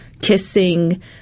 kissing